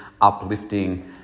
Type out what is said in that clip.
uplifting